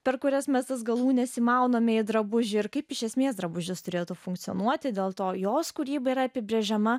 per kurias mes tas galūnes įmaunami drabužių ir kaip iš esmės drabužis turėtų funkcionuoti dėl to jos kūryba yra apibrėžiama